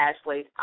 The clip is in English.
Ashley